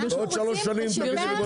אנחנו רוצים לשפר את השירות.